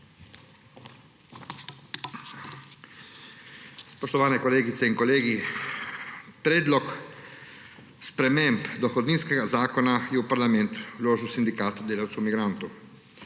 Spoštovani kolegice in kolegi! Predlog sprememb dohodninskega zakona je v parlament vložil Sindikat delavcev migrantov.